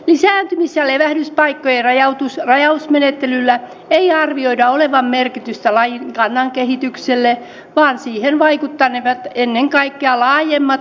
lisääntymis ja levähdyspaikkojen rajausmenettelyllä ei arvioida olevan merkitystä lajin kannan kehitykselle vaan siihen vaikuttanevat ennen kaikkea laajemmat maisematason muutokset